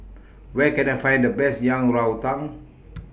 Where Can I Find The Best Yang Rou Tang